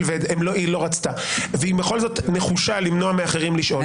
והיא לא רצתה והיא בכל זאת נחושה למנוע מאחרים לשאול.